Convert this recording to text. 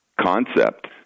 concept